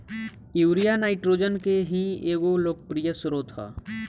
urea nitrogen के ही एगो लोकप्रिय स्रोत ह